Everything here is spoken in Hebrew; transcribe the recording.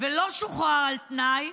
ולא שוחרר על תנאי,